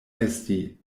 esti